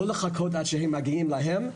לא לחכות עד שהם מגיעים אליהם,